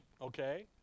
Okay